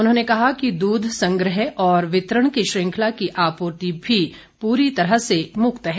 उन्होंने कहा कि दूध संग्रह और वितरण की श्रृंखला की आपूर्ति भी पूरी तरह से मुक्त है